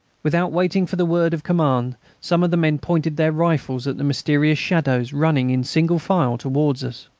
without waiting for the word of command some of the men pointed their rifles at the mysterious shadows running in single file towards us.